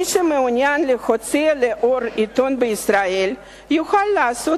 מי שמעוניין להוציא לאור עיתון בישראל יוכל לעשות